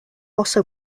also